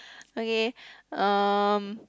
okay um